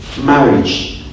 marriage